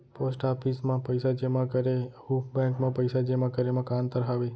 post office मा पइसा जेमा करे अऊ बैंक मा पइसा जेमा करे मा का अंतर हावे